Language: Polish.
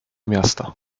miasta